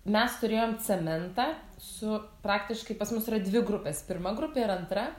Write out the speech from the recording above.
mes turėjome cementą su praktiškai pas mus yra dvi grupės pirma grupė ir antra